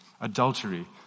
Adultery